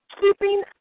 Keeping